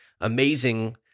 Amazing